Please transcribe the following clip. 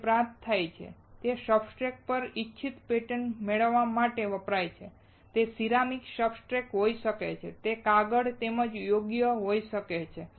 તે પ્રાપ્ત થાય છે તે સબસ્ટ્રેટ પર ઇચ્છિત પૅટર્ન મેળવવા માટે વપરાય છે તે સિરામિક સબસ્ટ્રેટ હોઈ શકે છે તે કાગળ તેમજ યોગ્ય હોઈ શકે છે